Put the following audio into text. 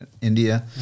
India